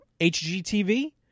HGTV